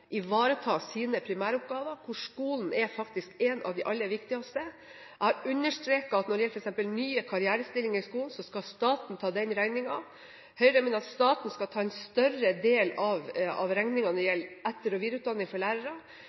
ivareta sine primæroppgaver, hvor skolen er en av de aller viktigste. Jeg har understreket at når det gjelder f.eks. nye karrierestillinger i skolen, skal staten ta den regningen, og Høyre mener at staten skal ta en større del av regningen når det gjelder etter- og videreutdanning for lærere.